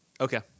Okay